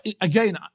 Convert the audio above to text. again